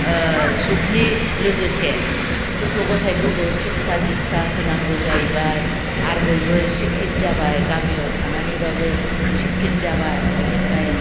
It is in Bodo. जुगनि लोगोसे गथ' गथायफोरखौ सिख्खा दिख्खा होनांगौ जाहैबाय आरो बयबो सिख्खित जाबाय गामियाव थानानैबाबो सिख्खित जाबाय बेनिफ्राय